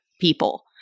people